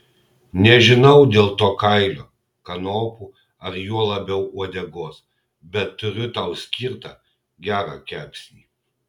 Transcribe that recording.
nežinau dėl to kailio kanopų ar juo labiau uodegos bet turiu tau skirtą gerą kepsnį